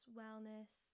wellness